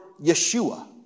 Yeshua